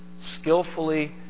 skillfully